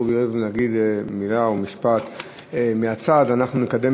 רובי ריבלין להגיד מילה או משפט מהצד אנחנו נקדם